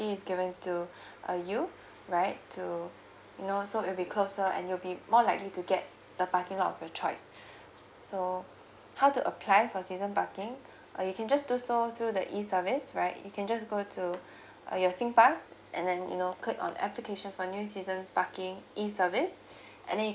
is given to uh you right to you know so it will be closer and you will be more likely to get the parking lot of your choice so how to apply for a season parking uh you can just do so through the E service right you can just go to uh your singpass and then you know click on application for a new season parking E service and then